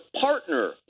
partner